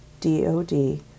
DOD